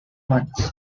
months